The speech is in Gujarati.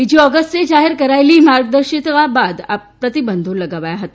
બે ઓગસ્ટે જાહેર કરાયેલી માર્ગદર્શિકા બાદ આ પ્રતિબંધો લગાવાયા હતા